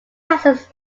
houses